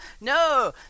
no